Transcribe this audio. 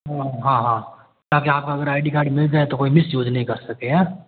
हाँ हाँ ताकि आपका अगर आई डी कार्ड मिल जाए तो कोई मिसयूज़ नहीं कर सके हाँ